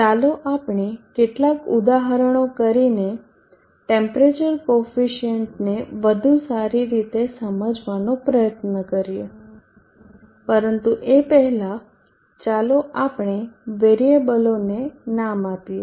ચાલો આપણે કેટલાક ઉદાહરણો કરીને ટેમ્પરેચર કોફિસીયન્ટને વધુ સારી રીતે સમજવાનો પ્રયત્ન કરીએ પરંતુ એ પહેલાં ચાલો આપણે વેરીએબલોને નામ આપીએ